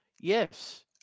Yes